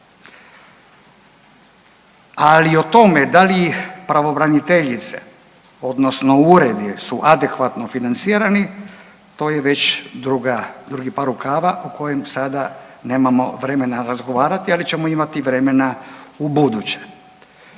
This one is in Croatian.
ali o tome da li pravobraniteljice odnosno uredi su adekvatno financirani to je već druga, drugi par rukava o kojem sada nemamo vremena razgovarati, ali ćemo imati vremena ubuduće.